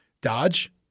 dodge